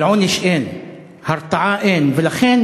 אבל עונש אין, הרתעה אין, ולכן